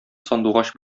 сандугач